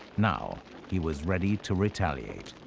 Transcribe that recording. now he was ready to retaliate.